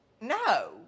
No